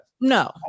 no